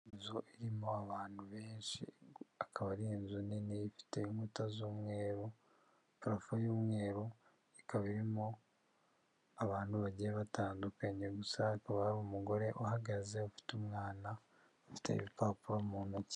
Iyi nzu irimo abantu benshi akaba ari inzu nini ifite inkuta z'umweru, parafu y'umweru ikaba irimo abantu bagiye batandukanye gusa hakaba hari umugore uhagaze ufite umwana ufite ibipapuro mu ntoki.